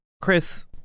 Chris